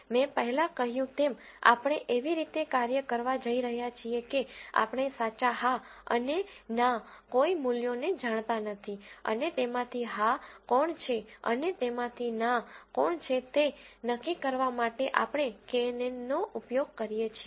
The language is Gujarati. મેં પહેલા કહ્યું તેમ આપણે એવી રીતે કાર્ય કરવા જઈ રહ્યા છીએ કે આપણે સાચા હા અને ના કોઈ મૂલ્યોને જાણતા નથી અને તેમાંથી હા કોણ છે અને તેમાંથી ના કોણ છે તે નક્કી કરવા માટે આપણે કેએનએનનો ઉપયોગ કરીએ છીએ